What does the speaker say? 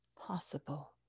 possible